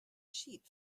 sheep